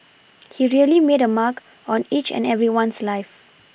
he really made a mark on each and everyone's life